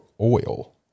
oil